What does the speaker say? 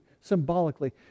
symbolically